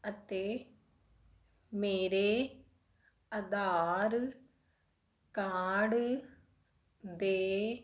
ਅਤੇ ਮੇਰੇ ਆਧਾਰ ਕਾਰਡ ਦੇ